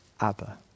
Abba